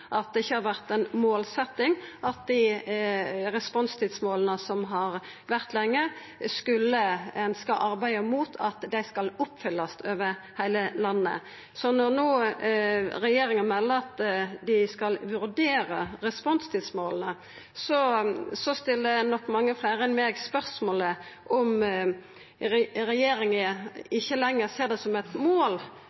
at det ikkje har vore ei målsetting at ein skal arbeida mot at dei responstidsmåla som har vore lenge, skal oppfyllast over heile landet. Så når no regjeringa melder at dei skal vurdera responstidsmåla, stiller nok mange fleire enn meg spørsmålet om regjeringa